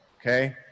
okay